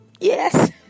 Yes